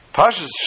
Pasha's